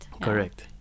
Correct